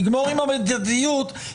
נגמור עם המידתיות תעברו הלאה.